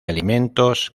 alimentos